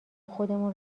خودمون